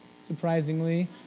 Surprisingly